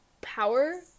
power